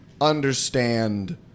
understand